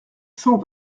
cent